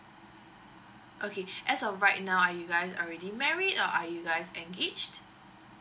okay as of right now are you guys are already married or are you guys engaged